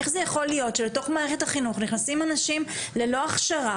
שאר הכיתה באמת יוכלו להמשיך ולהתקדם בחומר ולא מצליחים לעשות את